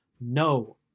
No